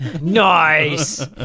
Nice